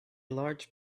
large